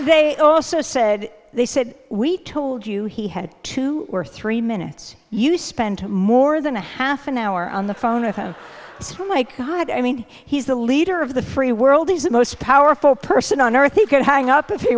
they also said they said we told you he had two or three minutes you spent more than a half an hour on the phone with oh my god i mean he's the leader of the free world is the most powerful person on earth you can hang up if he